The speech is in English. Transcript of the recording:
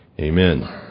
Amen